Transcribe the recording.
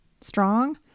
strong